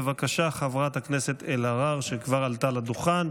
בבקשה, חברת הכנסת אלהרר, שכבר עלתה לדוכן.